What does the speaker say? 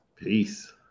Peace